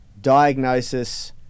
diagnosis